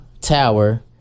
tower